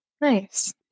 Nice